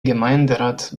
gemeinderat